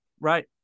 Right